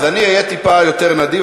אז אני אהיה טיפה יותר נדיב,